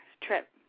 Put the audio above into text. trip